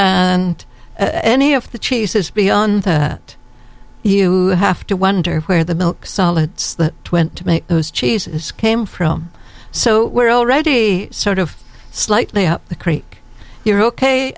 and any of the cheeses beyond that you have to wonder where the milk solids twente to make those cheeses came from so we're already sort of slightly up the creek here ok